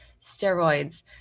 steroids